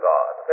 God